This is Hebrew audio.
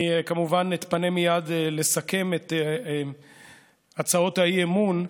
אני כמובן מתפנה מייד לסכם את זה הצעות האי-אמון.